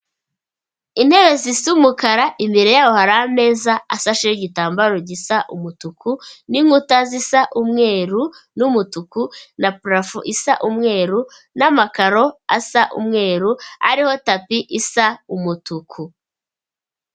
Intebe zisa umukara, imbere yaho hari ameza asasheho igitambaro gisa umutuku n'inkuta zisa umweru n'umutuku, na parafo isa umweru n'amakaro asa umweru ariho tapi isa umutuku.